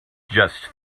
just